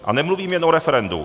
A nemluvím jen o referendu.